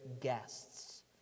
guests